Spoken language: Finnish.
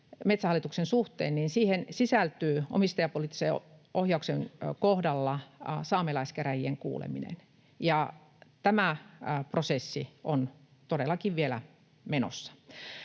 Metsähallituksen suhteen sisältyy omistajapoliittisen ohjauksen kohdalla saamelaiskäräjien kuuleminen. Tämä prosessi on todellakin vielä menossa.